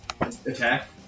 attack